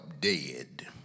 dead